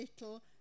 little